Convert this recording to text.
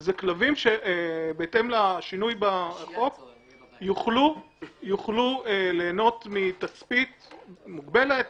זה כלבים שבהתאם לשינוי בחוק יוכלו ליהנות מתצפית מוגבלת,